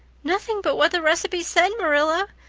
nothing but what the recipe said, marilla,